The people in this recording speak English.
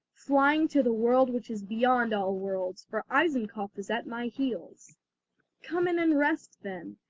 flying to the world which is beyond all worlds for eisenkopf is at my heels come in and rest then,